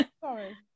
sorry